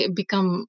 become